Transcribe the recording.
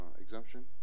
exemption